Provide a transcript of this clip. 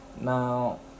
Now